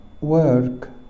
work